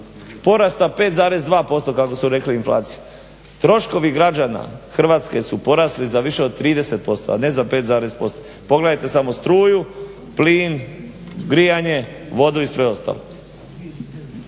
porasta 5,2% kako su rekli u inflaciji, troškovi građana Hrvatske su porasli za više od 30%, a ne za 5,2%. Pogledajte samo struju, plin, grijanje, vodu i sve ostalo.